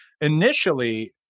initially